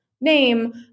name